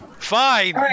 Fine